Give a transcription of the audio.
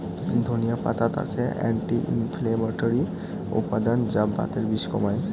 ধনিয়া পাতাত আছে অ্যান্টি ইনফ্লেমেটরি উপাদান যা বাতের বিষ কমায়